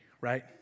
right